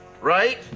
Right